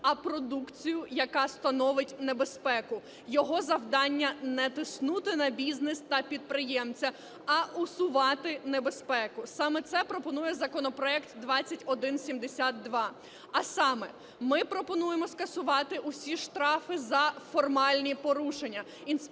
а продукцію, яка становить небезпеку. Його завдання - не тиснути на бізнес та підприємця, а усувати небезпеку. Саме це пропонує законопроект 2172. А саме: ми пропонуємо скасувати всі штрафи за формальні порушення.